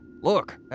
Look